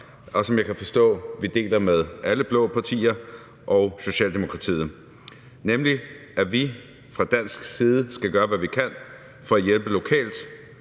og som jeg kan forstå vi deler med alle blå partier og Socialdemokratiet, nemlig at vi fra dansk side skal gøre, hvad vi kan, for at hjælpe lokalt.